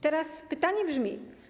Teraz pytanie brzmi.